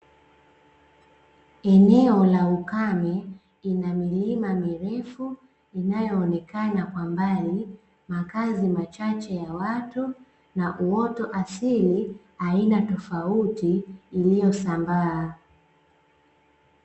Eneo la ukame ina milima mirefu inayoonekana kwa mbali, makazi machache ya watu na uoto asili aina tofauti iliyosambaa.